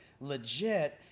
legit